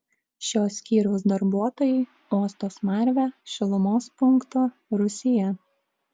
šio skyriaus darbuotojai uosto smarvę šilumos punkto rūsyje